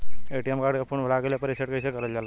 ATM card के PIN भूला गइल बा रीसेट कईसे करल जाला?